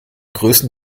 größten